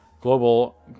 global